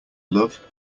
love